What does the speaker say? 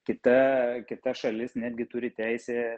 kita kita šalis netgi turi teisę